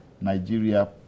Nigeria